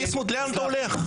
לאן אתה הולך?